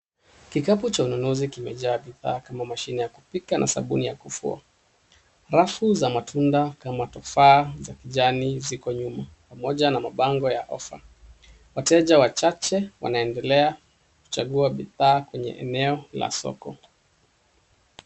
Kikapu cha ununuzi kimejaa bidhaa kama mashine ya kupika na sabuni ya kufua. Rafu za matunda kama tufaha za kijani ziko nyuma pamoja na mabango ya ofa. Wateja wachache wanaendelea kuchagua bidhaa kwenye eneo la soko.